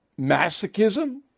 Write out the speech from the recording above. Masochism